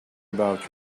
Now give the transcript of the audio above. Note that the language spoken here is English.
about